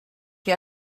que